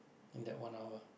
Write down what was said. in that one hour